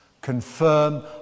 confirm